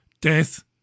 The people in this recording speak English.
Death